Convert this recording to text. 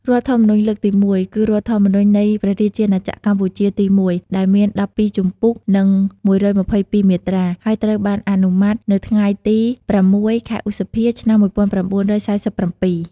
រដ្ឋធម្មនុញ្ញលើកទី១ គឺរដ្ឋធម្មនុញ្ញនៃព្រះរាជាណាចក្រកម្ពុជាទី១ ដែលមាន ១២ជំពូក និង ១២២មាត្រា ហើយត្រូវបានអនុម័តនៅថ្ងៃទី០៦ ខែឧសភា ឆ្នាំ១៩៤៧។